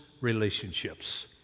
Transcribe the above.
relationships